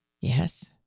Yes